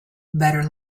better